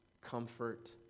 comfort